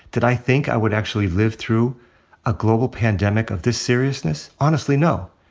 did i think i would actually live through a global pandemic of this seriousness? honestly, no.